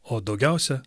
o daugiausia